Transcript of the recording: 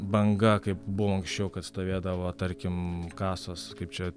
banga kaip buvo anksčiau kad stovėdavo tarkim kasos kaip čia